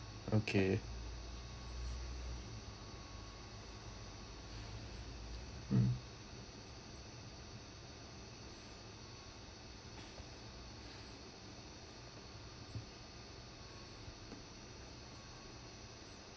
okay um